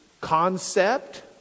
concept